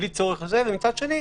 ומצד שני,